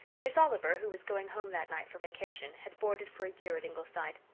miss oliver, who was going home that night for vacation, had boarded for a year at ingleside.